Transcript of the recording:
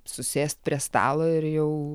susėst prie stalo ir jau